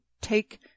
take